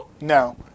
No